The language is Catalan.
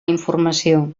informació